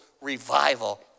revival